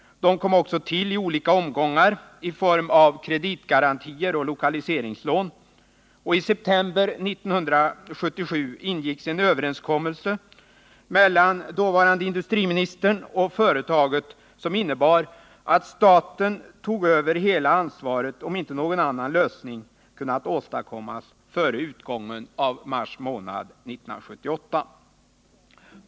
De kom också till i olika omgångar i form av kreditgarantier och lokaliseringslån. I september 1977 ingicks en överenskommelse mellan dåvarande industriministern och företaget som innebar att staten tog över hela ansvaret om inte någon annan lösning kunnat åstadkommas före utgången av mars månad 1978.